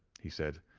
he said.